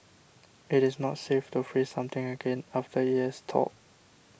it is not safe to freeze something again after it has thawed